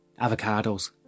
avocados